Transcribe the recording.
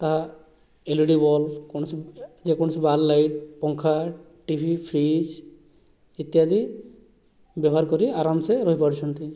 ତା L E D bulb ଯେକୌଣସି ବାର୍ ଲାଇଟ ପଙ୍ଖା ଟି ଭି ଫ୍ରିଜ ଇତ୍ୟାଦି ବ୍ୟବହାର କରି ଆରାମସେ ରହିପାରୁଛନ୍ତି